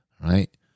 right